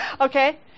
Okay